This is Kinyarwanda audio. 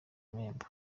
nemba